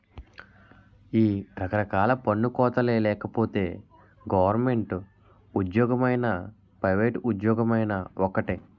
ఈ రకరకాల పన్ను కోతలే లేకపోతే గవరమెంటు ఉజ్జోగమైనా పైవేట్ ఉజ్జోగమైనా ఒక్కటే